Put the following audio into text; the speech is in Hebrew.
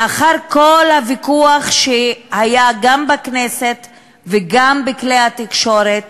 לאחר כל הוויכוח שהיה גם בכנסת וגם בכלי התקשורת